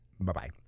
Bye-bye